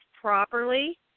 properly